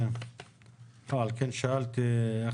--- אני הבנתי למה